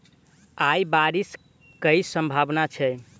आय बारिश केँ सम्भावना छै?